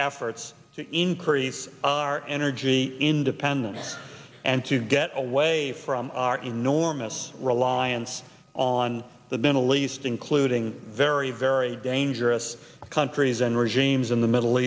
efforts to increase our energy independence and to get away from our enormous reliance on the middle east including very very dangerous countries and regimes in the middle